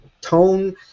Tone